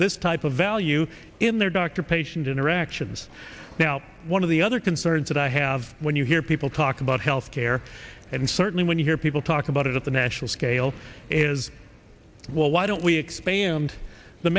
this type of value in their doctor patient interactions now one of the other concerns that i have when you hear people talk about health care and certainly when you hear people talk about it at the national scale is well why don't we expand the